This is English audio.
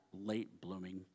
late-blooming